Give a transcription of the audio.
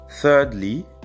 Thirdly